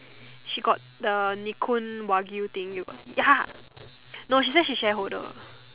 she got the nikoon wagyu thing you got ya no she say she shareholder